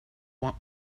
want